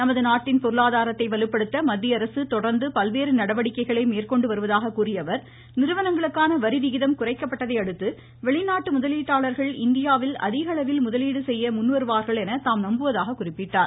நமது நாட்டின் பொருளாதாரத்தை வலுப்படுத்த மத்திய அரசு தொடர்ந்து பல்வேறு நடவடிக்கைகளை மேற்கொண்டு வருவதாக கூறிய அவர் நிறுவனங்களுக்கான வரி விகிதம் குறைக்கப்பட்டதையடுத்து வெளிநாட்டு முதலீட்டாளர்கள் இந்தியாவில் அதிக அளவில் முதலீடு செய்ய முன் வருவார்கள் என தாம் நம்புவதாக குறிப்பிட்டார்